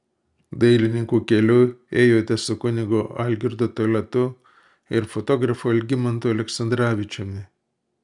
dailininkų keliu ėjote su kunigu algirdu toliatu ir fotografu algimantu aleksandravičiumi